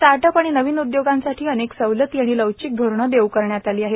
startup आणि नवीन उदयोगांसाठी अनेक सवलती आणि लवचीक धोरणं देऊ करण्यात आली आहेत